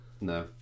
No